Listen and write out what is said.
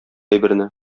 әйберне